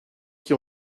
qui